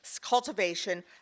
cultivation